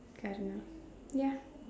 gardener ya